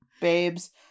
babes